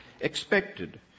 Expected